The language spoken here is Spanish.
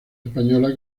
española